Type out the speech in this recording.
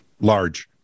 Large